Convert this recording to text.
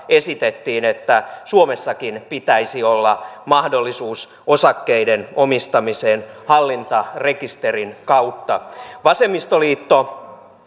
esitettiin että suomessakin pitäisi olla mahdollisuus osakkeiden omistamiseen hallintarekisterin kautta vasemmistoliitto